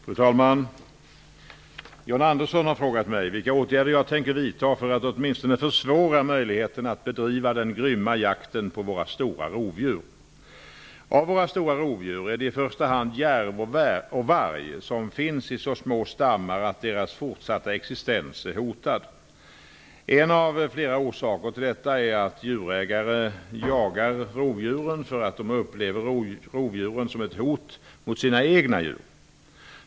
Fru talman! John Andersson har frågat mig vilka åtgärder jag tänker vidta för att åtminstone försvåra möjligheten att bedriva den grymma jakten på våra stora rovdjur. Av våra stora rovdjur är det i första hand järv och varg som finns i så små stammar att deras fortsatta existens är hotad. En av flera orsaker till detta är att djurägare jagar rovdjuren för att de upplever rovdjuren som ett hot mot sina egna djur.